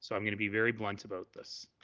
so i'm going to be very blunt about this,